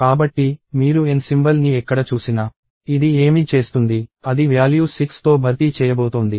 కాబట్టి మీరు N symbol ని ఎక్కడ చూసినా ఇది ఏమి చేస్తుంది అది వ్యాల్యూ 6 తో భర్తీ చేయబోతోంది